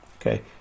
okay